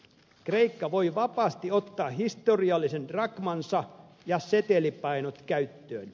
kreikka voi vapaasti ottaa historiallisen drakmansa ja setelipainot käyttöön